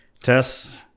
Tess